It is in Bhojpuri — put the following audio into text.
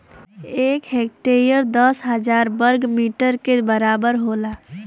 एक हेक्टेयर दस हजार वर्ग मीटर के बराबर होला